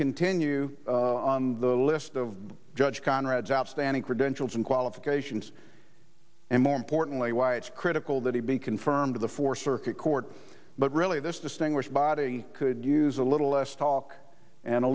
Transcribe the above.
continue on the list of judge conrad's outstanding credentials and qualifications and more importantly why it's critical that he be confirmed of the four circuit court but really this distinguished body could use a little less talk and a